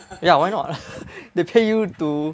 ya why not they pay you to